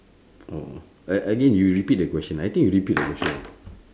oh a~ again you repeat the question I think you repeat the question